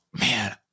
man